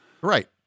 right